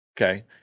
Okay